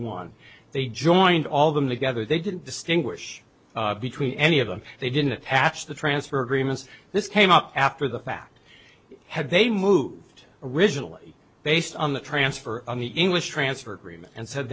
one they joined all of them together they didn't distinguish between any of them they didn't attach the transfer agreements this came up after the fact had they moved originally based on the transfer on the english transfer agreement and said